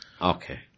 Okay